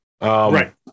right